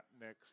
next